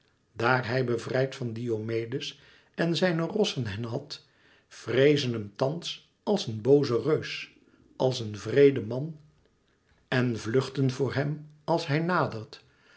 daar hij bevrijd van diomedes en zijne rossen hen had vreezen hem thans als een boozen reus als een wreeden man en vluchten voor hem als hij nadert